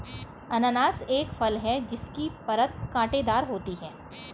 अनन्नास एक फल है जिसकी परत कांटेदार होती है